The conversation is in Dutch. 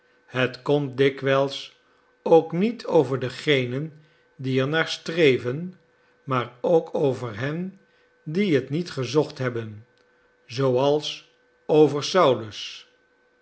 het komt dikwijls ook niet over degenen die er naar streven maar ook over hen die het niet gezocht hebben zooals over saulus